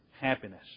happiness